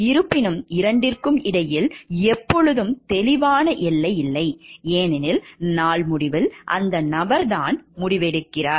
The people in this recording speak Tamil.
இருப்பினும் 2 க்கு இடையில் எப்போதும் தெளிவான எல்லை இல்லை ஏனெனில் நாள் முடிவில் அந்த நபர் தான் முடிவெடுக்கிறார்